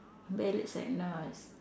ballads are nice